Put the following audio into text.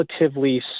relatively